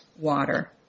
water